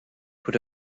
would